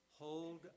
hold